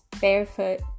barefoot